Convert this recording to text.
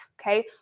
Okay